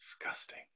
Disgusting